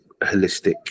holistic